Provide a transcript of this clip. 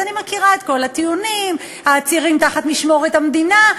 אז אני מכירה את כל הטיעונים: העצירים תחת משמורת המדינה,